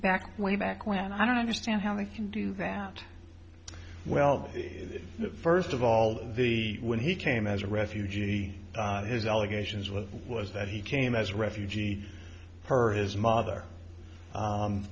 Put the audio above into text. back way back when and i don't understand how they can do that well first of all the when he came as a refugee he his allegations were was that he came as a refugee her or his mother